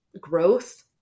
growth